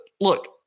look